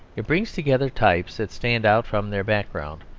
it brings together types that stand out from their background,